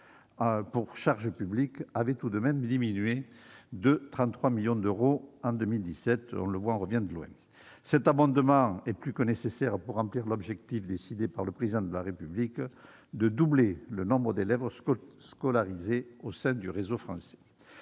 pour charge publique avait tout de même diminué de 33 millions d'euros en 2017. On le voit, nous revenons de loin ! Cet abondement est plus que nécessaire pour remplir l'objectif, décidé par le Président de la République, de doubler le nombre d'élèves scolarisés au sein du réseau français.